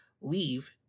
leave